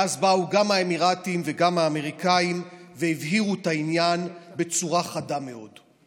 ואז באו גם האמירתים וגם האמריקאים והבהירו את העניין בצורה חדה מאוד.